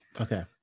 Okay